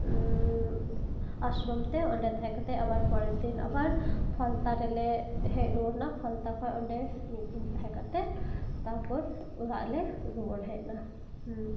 ᱟᱥᱨᱚᱢ ᱛᱮ ᱯᱚᱨᱮᱨ ᱫᱤᱱ ᱟᱵᱟᱨ ᱯᱷᱟᱞᱛᱟ ᱨᱮᱞᱮ ᱦᱮᱡ ᱨᱩᱣᱟᱹᱲ ᱮᱱᱟ ᱯᱷᱟᱞᱛᱟ ᱠᱷᱚᱱ ᱚᱸᱰᱮ ᱢᱤᱫ ᱫᱤᱱ ᱛᱟᱦᱮᱸ ᱠᱟᱛᱮ ᱛᱟᱨᱯᱚᱨ ᱚᱲᱟᱜ ᱞᱮ ᱨᱩᱣᱟᱹᱲ ᱦᱮᱡ ᱮᱱᱟ